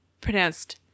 pronounced